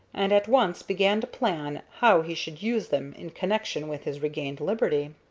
and at once began to plan how he should use them in connection with his regained liberty.